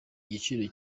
igiciro